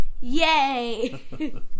Yay